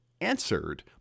answered